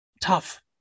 tough